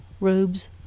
robes